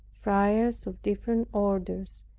friars of different orders,